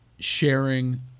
sharing